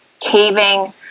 caving